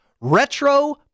retro